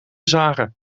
zagen